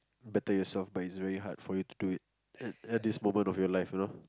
better yourself but is very hard to do for you to do it at this moment of your life you know